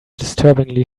disturbingly